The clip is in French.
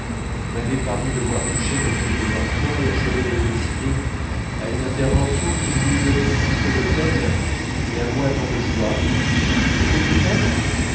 m'avaient paru devoir toucher m de norpois et achever de le décider à une intervention qui lui eût donné si peu de peine et à moi tant de joie étaient peut-être